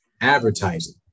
advertising